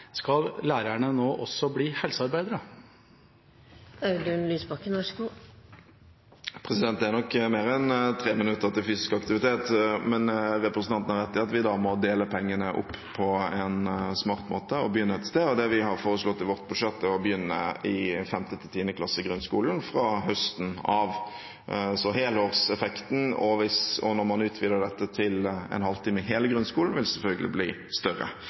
skal lærerne nå også bli helsearbeidere? Det rekker nok til mer enn tre minutter med fysisk aktivitet, men representanten har rett i at vi må dele pengene opp på en smart måte og begynne et sted. Det vi har foreslått i vårt budsjett, er å begynne i 5.–10. klasse i grunnskolen fra høsten av. Helårseffekten når man utvider dette til en halvtime i hele grunnskolen, vil selvfølgelig bli større.